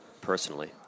personally